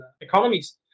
economies